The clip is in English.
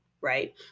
right